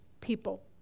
people